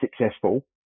successful